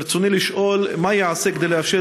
ברצוני לשאול: 1. מה ייעשה כדי לאפשר